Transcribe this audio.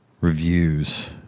reviews